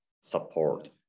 support